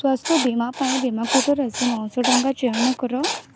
ସ୍ଵାସ୍ଥ୍ୟ ବୀମା ପାଇଁ ବୀମାକୃତ ରାଶି ନଅଶହ ଟଙ୍କା ଚୟନ କର